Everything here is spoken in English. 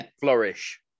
flourish